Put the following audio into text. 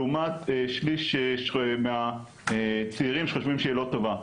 לעומת שליש מהצעירים שחושבים שהיא לא טובה,